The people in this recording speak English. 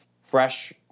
fresh